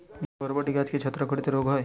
বরবটি গাছে কি ছত্রাক ঘটিত রোগ হয়?